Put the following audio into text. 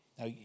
Now